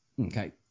Okay